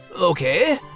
Okay